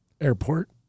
Airport